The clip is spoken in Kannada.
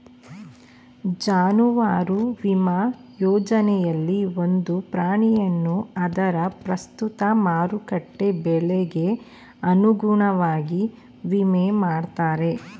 ಜಾನುವಾರು ವಿಮಾ ಯೋಜನೆಯಲ್ಲಿ ಒಂದು ಪ್ರಾಣಿಯನ್ನು ಅದರ ಪ್ರಸ್ತುತ ಮಾರುಕಟ್ಟೆ ಬೆಲೆಗೆ ಅನುಗುಣವಾಗಿ ವಿಮೆ ಮಾಡ್ತಾರೆ